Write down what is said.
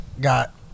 got